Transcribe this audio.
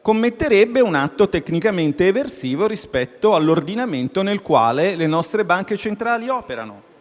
commetterebbe un atto tecnicamente eversivo rispetto all'ordinamento nel quale le nostre banche centrali operano.